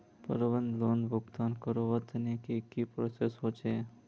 प्रबंधन लोन भुगतान करवार तने की की प्रोसेस होचे?